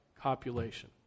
copulation